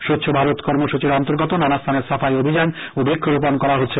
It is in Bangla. স্বচ্ছ ভারত কর্মসচীর অন্তর্গত নানাস্থানে সাফাই অভিযান ও বৃক্ষরোপন করা হচ্ছে